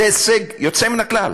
זה הישג יוצא מן הכלל,